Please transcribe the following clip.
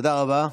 תודה רבה.